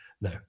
No